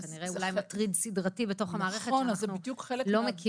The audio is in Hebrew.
זה כנראה אולי מטריד סדרתי בתוך המערכת שאנחנו לא מכירים.